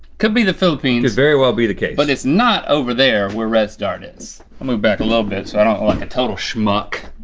could be the philippines. could very well be the case. but it's not over there where rhett's dart is. i'll move back a little bit so i don't look a total schmuck.